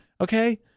Okay